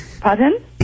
Pardon